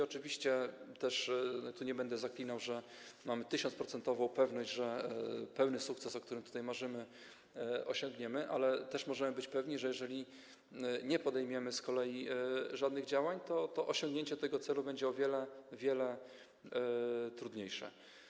Oczywiście nie będę tu zaklinał, że mamy 1000-procentową pewność, że pełny sukces, o którym tutaj marzymy, osiągniemy, ale też możemy być pewni, że jeżeli nie podejmiemy żadnych działań, to osiągnięcie tego celu będzie o wiele, wiele trudniejsze.